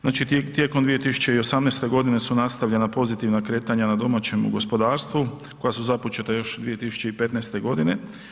Znači tijekom 2018. godine su nastavljen pozitivna kretanja na domaćemu gospodarstvu koja su započeta još 2015. godine.